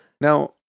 Now